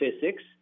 physics